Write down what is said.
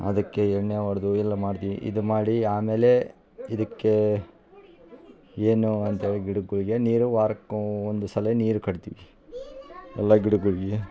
ಅದಕ್ಕೆ ಎಣ್ಣೆ ಹೊಡೆದು ಇಲ್ಲಿ ಮಾಡ್ತೀವಿ ಇದು ಮಾಡಿ ಆಮೇಲೆ ಇದಕ್ಕೇ ಏನು ಅಂತೇಳಿ ಗಿಡಗಳಿಗೆ ನೀರು ವಾರಕ್ಕೋ ಒಂದು ಸಲ ನೀರು ಕಟ್ತೀವಿ ಎಲ್ಲ ಗಿಡಗಳಿಗೆ